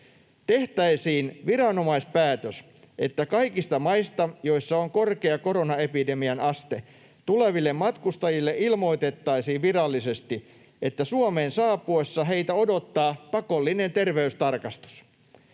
Tehtäisiin viranomaispäätös, että kaikista maista, joissa on korkea koronaepidemian aste, tuleville matkustajille ilmoitettaisiin virallisesti, että Suomeen saapuessaan heitä odottaa pakollinen terveystarkastus.